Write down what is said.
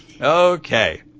Okay